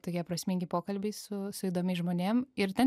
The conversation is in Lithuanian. tokie prasmingi pokalbiai su su įdomiais žmonėm ir ten